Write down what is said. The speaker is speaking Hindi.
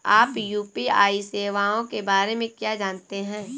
आप यू.पी.आई सेवाओं के बारे में क्या जानते हैं?